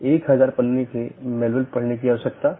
तो यह एक तरह की नीति प्रकारों में से हो सकता है